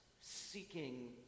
seeking